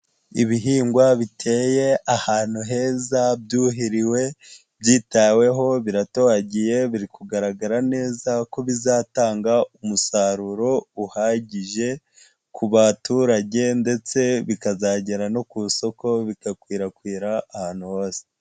Ibihingwa biteye ahantu heza byuhiriwe byitaweho biratohagiye, biri kugaragara neza ko bizatanga umusaruro uhagije ku baturage ndetse bikazagera no ku isoko bigakwirakwira ahantu hose.